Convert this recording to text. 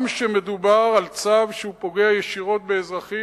גם כשמדובר על צו שפוגע ישירות באזרחים